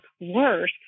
worse